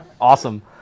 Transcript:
Awesome